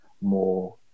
more